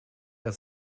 der